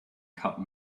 cut